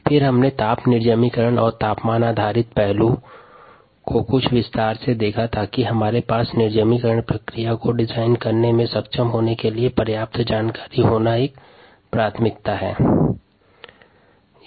फिर ताप निर्जमिकरण और ताप आधारित पहलुओं को विस्तार से देखा क्योंकि हमारे पास निर्जमिकरण प्रक्रिया को प्रारूपित करने में सक्षम होने के लिए पर्याप्त जानकारी होना प्राथमिकता है